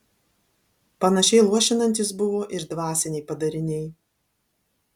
panašiai luošinantys buvo ir dvasiniai padariniai